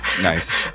Nice